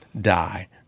die